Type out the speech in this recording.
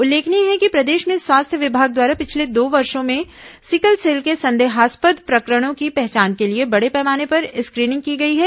उल्लेखनीय है कि प्रदेश में स्वास्थ्य विभाग द्वारा पिछले दो वर्षो में सिकल सेल के संदेहास्पद प्रकरणों की पहचान के लिए बड़े पैमाने पर स्क्रीनिंग की गई है